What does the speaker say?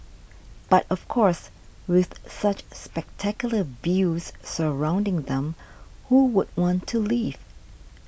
but of course with such spectacular views surrounding them who would want to leave